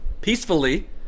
Peacefully